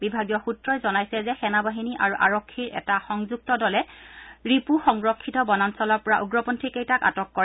বিভাগীয় সূত্ৰই জনাইছে যে সেনাবাহিনী আৰু আৰক্ষীৰ এটা সংযুক্ত দলে ৰিপু সংৰক্ষিত বনাঞ্চলৰ পৰা উগ্ৰপন্থী কেইটাক আটক কৰে